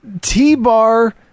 t-bar